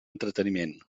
entreteniment